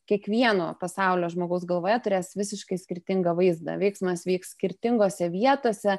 kiekvieno pasaulio žmogaus galvoje turės visiškai skirtingą vaizdą veiksmas vyks skirtingose vietose